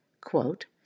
quote